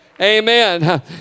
Amen